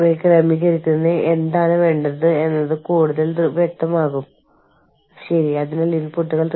ബഹുരാഷ്ട്ര സംരംഭങ്ങൾ വികസിപ്പിക്കുന്നതിൽ അന്താരാഷ്ട്ര മാനവ വിഭവശേഷി പ്രവർത്തനങ്ങളോടുള്ള വെല്ലുവിളികൾ